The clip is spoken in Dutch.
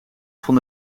van